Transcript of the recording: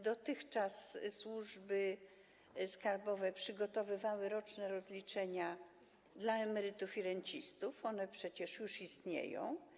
Dotychczas służby skarbowe przygotowywały roczne rozliczenia dla emerytów i rencistów, one przecież już istnieją.